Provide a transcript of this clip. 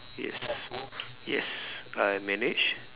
yes yes I manage